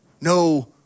No